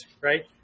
right